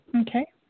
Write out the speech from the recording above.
Okay